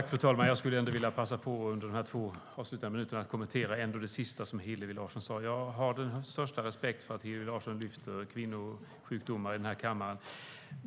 Fru talman! Jag vill passa på att kommentera det som Hillevi Larsson nyss sade. Jag har den största respekt för att Hillevi Larsson lyfter fram kvinnosjukdomar i den här kammaren.